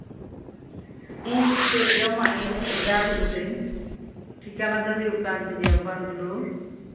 ᱤᱧ ᱢᱤᱫᱴᱮᱡ ᱡᱚᱢᱟᱜ ᱤᱧ ᱚᱰᱟᱨ ᱞᱤᱫᱟᱹᱧ ᱴᱷᱤᱠᱟᱱᱟ ᱫᱚ ᱦᱩᱭᱩᱜ ᱠᱟᱱ ᱛᱤᱧᱟ ᱵᱟᱸᱫᱞᱳ